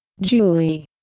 Julie